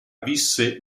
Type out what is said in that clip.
visse